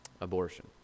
abortion